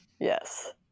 Yes